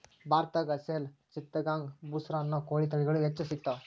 ಭಾರತದಾಗ ಅಸೇಲ್ ಚಿತ್ತಗಾಂಗ್ ಬುಸ್ರಾ ಅನ್ನೋ ಕೋಳಿ ತಳಿಗಳು ಹೆಚ್ಚ್ ಸಿಗತಾವ